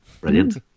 brilliant